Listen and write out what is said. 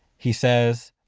he says,